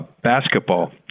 basketball